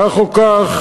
כך או כך,